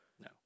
No